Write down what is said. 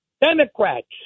Democrats